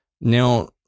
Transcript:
Now